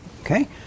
Okay